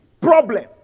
problem